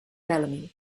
bellamy